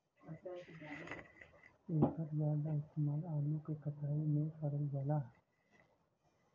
एकर जादा इस्तेमाल आलू के कटाई में करल जाला